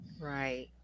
Right